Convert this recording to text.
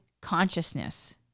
consciousness